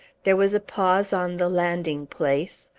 there was a pause on the landing-place.